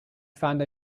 found